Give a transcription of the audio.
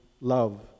love